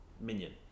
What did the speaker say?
minion